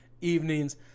evenings